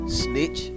snitch